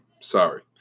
sorry